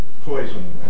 poison